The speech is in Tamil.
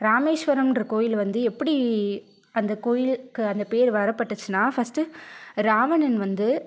ராமேஸ்வரம்ன்ற கோவில் வந்து எப்படி அந்த கோயிலுக்கு அந்த பேர் வரப்பட்டுச்சுனால் ஃபர்ஸ்ட் ராவணன் வந்து